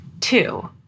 Two